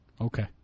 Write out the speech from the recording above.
Okay